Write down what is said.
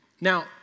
Now